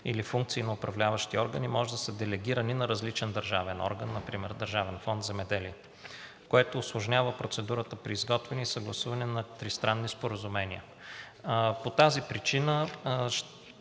или функции на управляващи органи може да са делегирани на различен държавен орган, например Държавен фонд „Земеделие“, което усложнява процедурата при изготвяне и съгласуване на тристранни споразумения. По тази причина